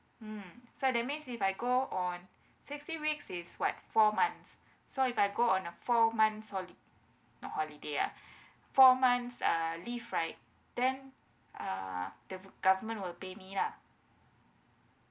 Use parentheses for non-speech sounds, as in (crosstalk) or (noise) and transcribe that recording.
mm so that means if I go on sixteen weeks is what four months so if I go on a four months hol~ not holiday uh (breath) four months uh leave right then uh the government will pay me lah